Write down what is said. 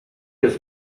des